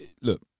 Look